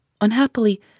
Unhappily